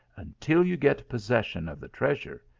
until you get possession of the treasure.